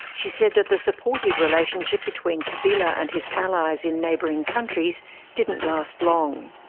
she said that the supportive relationship between kabila and his allies in neighbouring countries didn't last long.